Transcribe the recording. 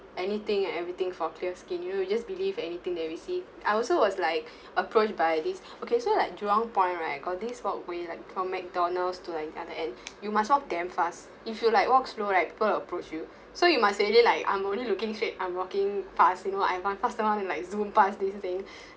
anything and everything for clear skin you just believe anything that you receive I also was like approached by this okay so like jurong point right got this walkway like mcdonald's to like the other end you must walk damn fast if you like walk slow right people approach you so you must already like I'm only looking straight I'm walking fast you know I want to faster lah like zoom pass this thing